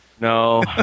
No